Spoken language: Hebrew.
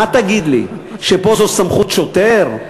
מה תגיד לי, שפה זו סמכות שוטר?